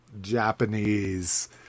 Japanese